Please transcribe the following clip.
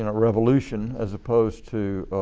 and revolution as opposed to